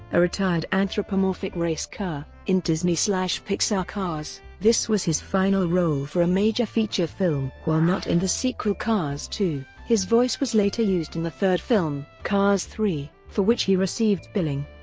a retired anthropomorphic race car, in disney pixar's cars this was his final role for a major feature film. while not in the sequel cars two, his voice was later used in the third film, cars three, for which he received billing,